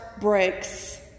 breaks